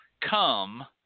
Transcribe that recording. come